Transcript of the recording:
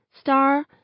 Star